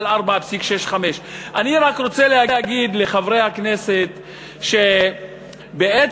4.65. אני רק רוצה להגיד לחברי הכנסת שבעצם